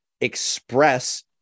express